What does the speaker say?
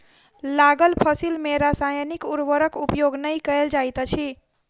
लागल फसिल में रासायनिक उर्वरक उपयोग नै कयल जाइत अछि